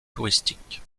touristiques